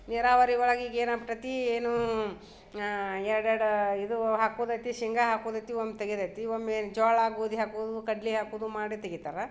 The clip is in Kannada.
ನೀರಾವರಿ ಒಳಗೆ ಈಗ ಏನು ಆಗ್ಬಿಟ್ಟೈತಿ ಏನೂ ಎರ್ಡು ಎರ್ಡು ಇದೂ ಹಾಕೋದೈತಿ ಶೆಂಗಾ ಹಾಕುವುದೈತಿ ಒಮ್ಮೆ ತೆಗೆದೈತಿ ಒಮ್ಮೆ ಜೋಳ ಗೋಧಿ ಹಾಕುವುದು ಕಡ್ಲೆ ಹಾಕುವುದು ಮಾಡಿ ತೆಗಿತಾರೆ